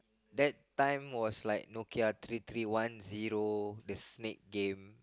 that time was like Nokia three three one zero the snake game